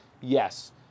yes